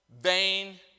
vain